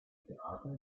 theater